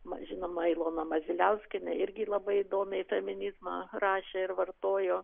man žinoma ilona maziliauskienė irgi labai įdomiai feminizmą rašė ir vartojo